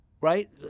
right